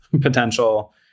potential